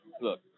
Look